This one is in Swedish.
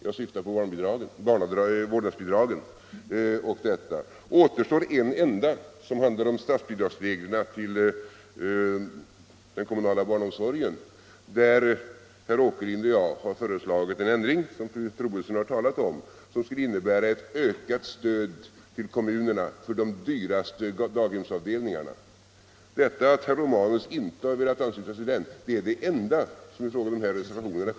Det återstår alltså en enda reservation, som handlar om statsbidragsreglerna till den kommunala barnomsorgen; därvidlag har herr Åkerlind och jag föreslagit en ändring som fru Troedsson talat om och som skulle innebära ökat stöd till kommunerna för de dyraste daghemsavdelningarna. Det enda som skiljer oss från herr Romanus är att han inte har velat ansluta sig till den reservationen.